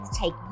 take